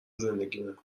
زندگیمه